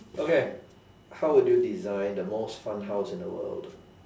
okay how would you design the most fun house in the world